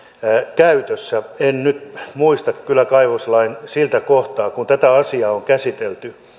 käytössä en nyt kyllä muista kaivoslain sitä kohtaa missä tätä asiaa on käsitelty